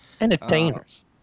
Entertainers